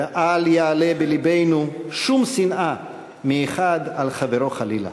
ואל יעלה בלבנו שום שנאה מאחד על חברו חלילה".